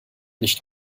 nicht